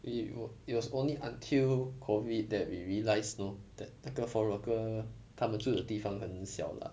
it it was only until COVID that we realised you know that 那个 foreign worker 他们住的地方很小 lah